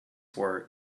work